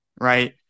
right